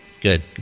good